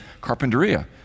Carpinteria